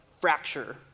fracture